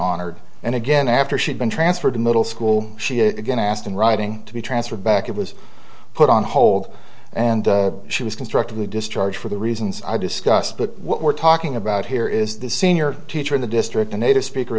honored and again after she'd been transferred to middle school she is again asked in writing to be transferred back it was put on hold and she was constructively discharged for the reasons i discussed but what we're talking about here is the senior teacher in the district a native speaker